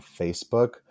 Facebook